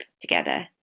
together